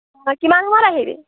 অঁ কিমান সময়ত আহিবি